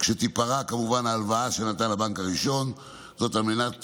כשתיפרע כמובן ההלוואה שנתן הבנק הראשון, על מנת